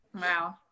Wow